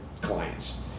clients